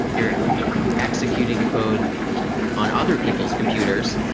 you're executing code on other people's computers.